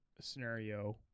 scenario